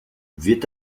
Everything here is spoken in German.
wird